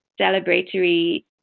celebratory